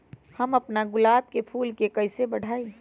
हम अपना गुलाब के फूल के कईसे बढ़ाई?